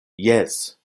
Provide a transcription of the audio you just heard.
jes